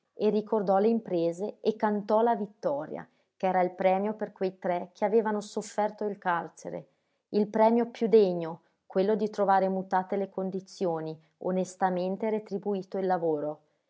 e ricordò le imprese e cantò la vittoria ch'era il premio per quei tre che avevano sofferto il carcere il premio più degno quello di trovare mutate le condizioni onestamente retribuito il lavoro